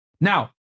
Now